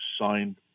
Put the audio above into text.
signed